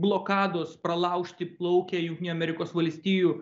blokados pralaužti plaukia jungtinių amerikos valstijų